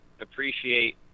appreciate